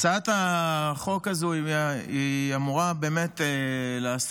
הצעת חוק לתיקון פקודת מס הכנסה (מס' 273) (הפקדות משרת מילואים),